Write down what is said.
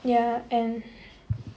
ya and